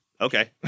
Okay